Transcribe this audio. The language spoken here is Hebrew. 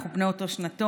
אנחנו בני אותו שנתון,